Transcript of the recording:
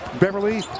Beverly